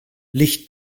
licht